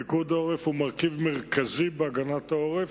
פיקוד העורף הוא מרכיב מרכזי בהגנת העורף,